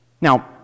Now